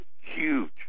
huge